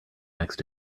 next